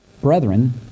Brethren